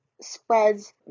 spreads